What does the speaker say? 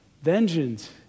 Vengeance